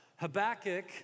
Habakkuk